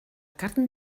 carn